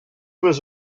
was